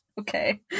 okay